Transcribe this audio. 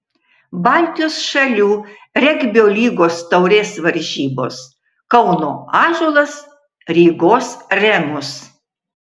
baltijos šalių regbio lygos taurės varžybos kauno ąžuolas rygos remus